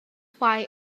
why